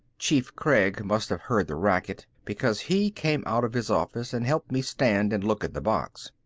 chief craig must have heard the racket because he came out of his office and helped me stand and look at the box.